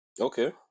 Okay